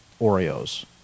Oreos